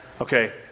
Okay